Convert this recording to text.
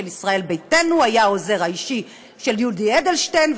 של ישראל ביתנו היה העוזר האישי של יולי אדלשטיין,